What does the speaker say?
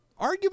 arguably